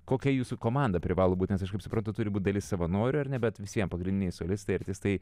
kokia jūsų komanda privalo būt nes aš kaip suprantu turi būti dalis savanorių ar ne bet vis vien pagrindiniai solistai artistai